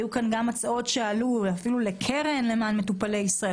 אפילו עלו כאן גם הצעות להקמת קרן למען מטופלי מדינת ישראל.